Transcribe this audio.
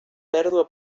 pèrdua